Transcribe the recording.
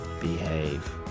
behave